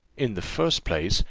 in the first place,